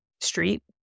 street